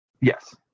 Yes